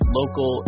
local